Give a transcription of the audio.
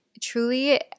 truly